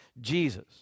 Jesus